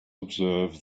observe